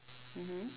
mmhmm